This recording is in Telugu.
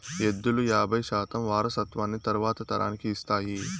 ఎద్దులు యాబై శాతం వారసత్వాన్ని తరువాతి తరానికి ఇస్తాయి